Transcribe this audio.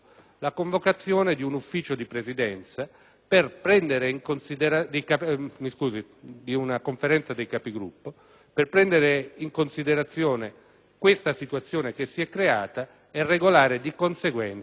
per prendere in considerazione la situazione che si è creata e regolare di conseguenza i lavori della nostra Aula.